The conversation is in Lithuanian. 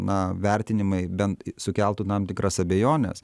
na vertinimai bent sukeltų tam tikras abejones